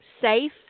safe